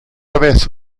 avesse